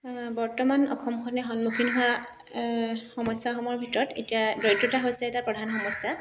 বৰ্তমানে অসমখনে সন্মুখীন হোৱা সমস্যাসমূহৰ ভিতৰত এতিয়া দৰিদ্ৰতা হৈছে এটা প্ৰধান সমস্যা